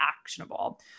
actionable